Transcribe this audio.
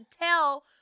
tell